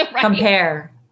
compare